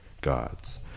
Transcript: gods